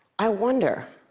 i wonder,